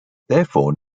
therefore